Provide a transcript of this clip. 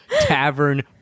tavern